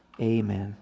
Amen